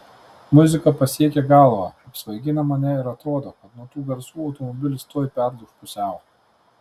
muzika pasiekia galvą apsvaigina mane ir atrodo kad nuo tų garsų automobilis tuoj perlūš pusiau